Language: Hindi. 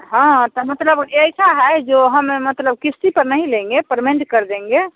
हाँ तो मतलब ऐसा है जो हम मतलब किस्ती पर नहीं लेंगे पर्मेंट कर देंगे